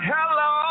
Hello